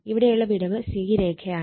ഇവിടെയുള്ള വിടവ് C രേഖയാണ്